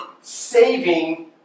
saving